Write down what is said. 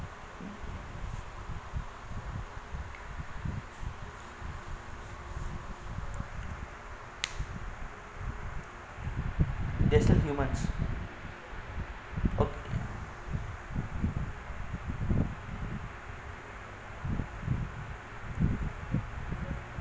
they still human ops